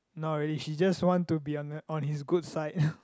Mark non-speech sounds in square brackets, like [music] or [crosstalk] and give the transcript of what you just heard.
not really she just want to be on [noise] on his good side